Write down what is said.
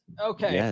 Okay